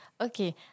Okay